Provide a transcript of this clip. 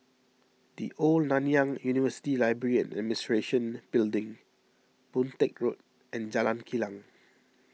the Old Nanyang University Library and Administration Building Boon Teck Road and Jalan Kilang